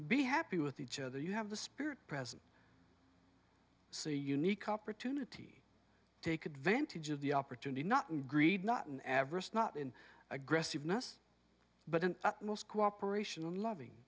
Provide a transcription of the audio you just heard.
be happy with each other you have the spirit present so unique opportunity to take advantage of the opportunity not in greed not an adverse not in aggressiveness but in most cooperation loving